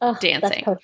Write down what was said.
dancing